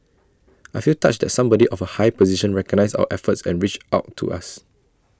I feel touched that somebody of A high position recognised our efforts and reached out to us